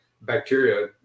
bacteria